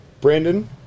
Brandon